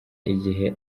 igihe